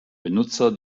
benutzer